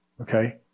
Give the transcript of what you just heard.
Okay